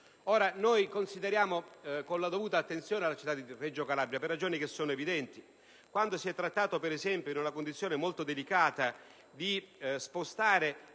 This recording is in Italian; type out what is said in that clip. Noi consideriamo con la dovuta attenzione la città di Reggio Calabria, per ragioni che sono evidenti. Quando si è trattato, ad esempio, in una situazione molto delicata, di spostare